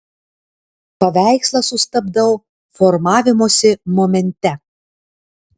paveikslą sustabdau formavimosi momente